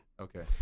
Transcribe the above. okay